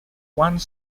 one